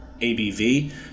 ABV